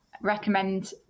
recommend